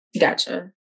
Gotcha